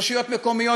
רשויות מקומיות,